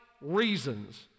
reasons